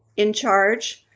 in charge.